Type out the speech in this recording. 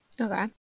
Okay